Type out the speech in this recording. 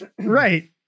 Right